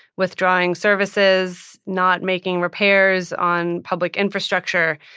withdrawing services, not making repairs on public infrastructure,